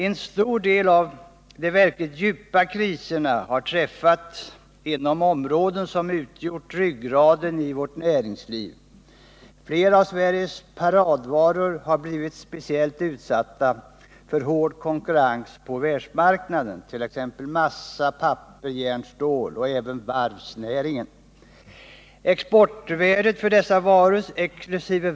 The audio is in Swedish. En stor del av de verkligt djupa kriserna har skett inom områden som utgiort ryggraden i vårt näringsliv. Flera av Sveriges ”paradvaror” har blivit speciellt utsatta för hård konkurrens på världsmarknaden, t.ex. massa, papper, järn, stål, och även varvsnäringen har drabbats av detta. Exportvärdet för dessa varor exkl.